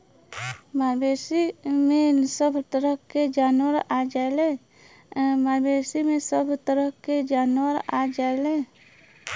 मवेसी में सभ तरह के जानवर आ जायेले